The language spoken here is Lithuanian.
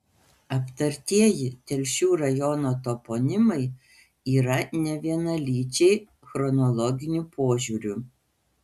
aptartieji telšių rajono toponimai yra nevienalyčiai chronologiniu požiūriu